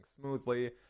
smoothly